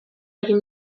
egin